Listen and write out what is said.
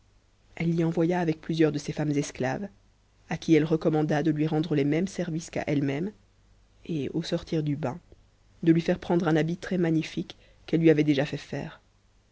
elle l'y envoya avec plusieurs de ses femmes esclaves à qui elle recommanda de lui rendre les mêmes services qu'à elle-même et au sortir du bain de lui faire prendre un habit très magnifique qu'elle lui avait déjà fait faire